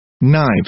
Knives